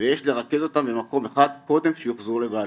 ויש לרכז אותם במקום אחד קודם שיוחזרו לבעליהם.